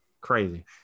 Crazy